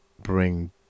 bring